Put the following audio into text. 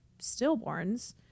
stillborns